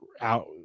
out